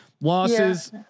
Losses